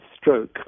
stroke